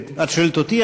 את שואלת אותי?